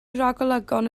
ragolygon